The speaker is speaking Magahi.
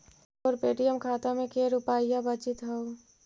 तोर पे.टी.एम खाता में के रुपाइया बचित हउ